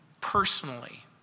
personally